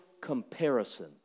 comparison